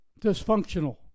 dysfunctional